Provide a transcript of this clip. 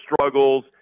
struggles